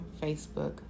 Facebook